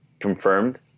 confirmed